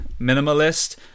minimalist